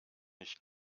nicht